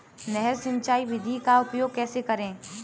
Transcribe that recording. नहर सिंचाई विधि का उपयोग कैसे करें?